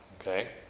Okay